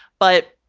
but,